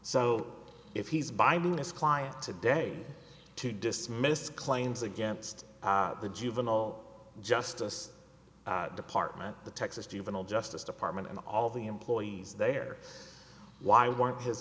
so if he's buying this client today to dismiss claims against the juvenile justice department the texas juvenile justice department and all the employees there why weren't his